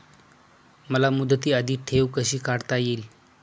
मला मुदती आधी ठेव कशी काढता येईल?